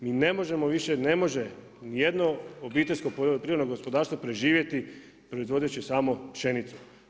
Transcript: Mi ne možemo više, ne može ni jedno obiteljsko poljoprivredno gospodarstvo preživjeti proizvodeći samo pšenicu.